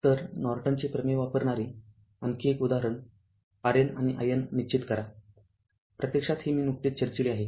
तर नॉर्टनचे प्रमेय वापरणारे आणखी एक उदाहरण RNआणि IN निश्चित करा प्रत्यक्षात हे मी नुकतेच चर्चिले आहे